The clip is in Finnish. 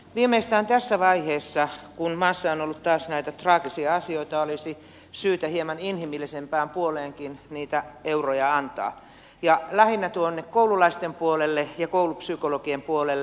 viimeistään tässä vaiheessa kun maassa on ollut taas näitä traagisia asioita olisi syytä hieman inhimillisempäänkin puoleen niitä euroja antaa ja lähinnä tuonne koululaisten ja koulupsykologien puolelle